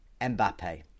Mbappe